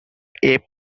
ape